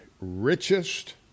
richest